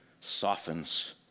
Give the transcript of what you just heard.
softens